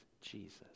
Jesus